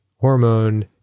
hormone